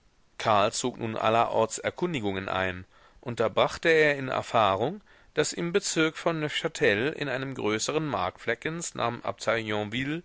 zog nun allerorts erkundigungen ein und da brachte er in erfahrung daß im bezirk von neufchtel in einem größeren marktflecken namens